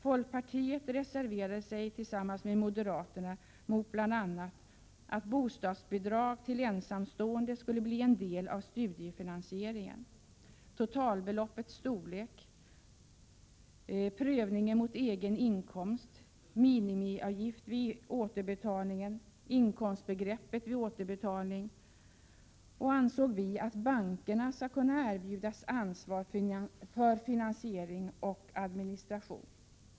Folkpartiet reserverade sig tillsammans med moderaterna mot bl.a. ansåg vi att bankerna skall erbjudas ansvar för finansiering och administration.